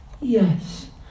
yes